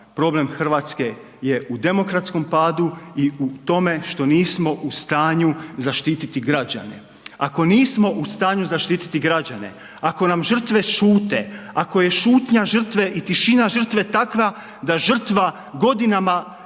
problem RH je u demokratskom padu i u tome što nismo u stanju zaštititi građane. Ako nismo u stanju zaštititi građane, ako nam žrtve šute, ako je šutnja žrtve i tišina žrtve takva da žrtva godinama